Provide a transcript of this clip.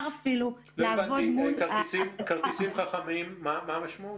לא הבנתי, כרטיסים חכמים, מה המשמעות?